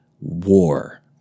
war